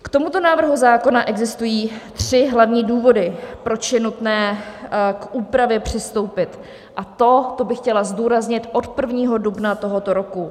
K tomuto návrhu zákona existují tři hlavní důvody, proč je nutné k úpravě přistoupit, a to to bych chtěla zdůraznit od 1. dubna tohoto roku.